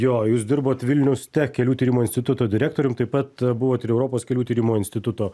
jo jūs dirbot vilnius tech kelių tyrimo instituto direktorium taip pat buvot ir europos kelių tyrimo instituto